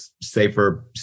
safer